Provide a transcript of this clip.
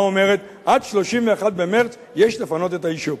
האומרת: עד 31 במרס יש לפנות את היישוב.